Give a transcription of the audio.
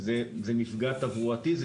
אלא זה מפגע תברואתי.